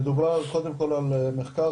מדובר על קודם כל על מחקר,